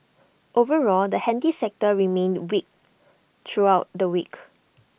overall the handy sector remained weak throughout the week